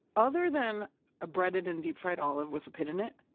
other than a breaded and deep fried olive with a pit in it.